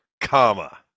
comma